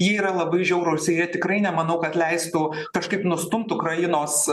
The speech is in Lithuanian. jie yra labai žiaurūs ir jie tikrai nemanau kad leistų kažkaip nustumt ukrainos